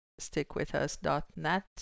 stickwithus.net